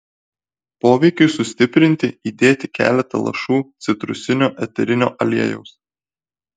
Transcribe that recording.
poveikiui sustiprinti įdėti keletą lašų citrusinio eterinio aliejaus